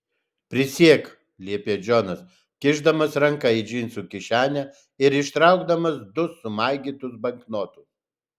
prisiek liepė džonas kišdamas ranką į džinsų kišenę ir ištraukdamas du sumaigytus banknotus